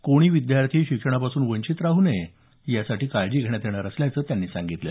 कोणी विद्यार्थी शिक्षणापासून वंचित राहू नये यासाठी काळजी घेण्यात येणार असल्याचं त्यांनी सांगितलं